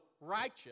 righteous